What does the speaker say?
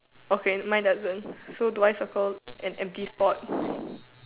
okay my doesn't so do I circle an empty spot